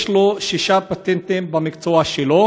יש לו שישה פטנטים במקצוע שלו,